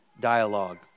dialogue